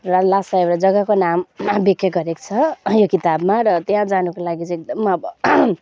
र लासा एउटा जग्गाको नाम व्याख्या गरेको छ यो किताबमा र त्यहाँ जानुको लागि चाहिँ एकदम अब